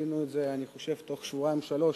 עשינו את זה, אני חושב תוך שבועיים, שלושה,